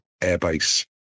airbase